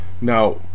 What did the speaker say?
Now